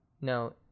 no